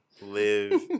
live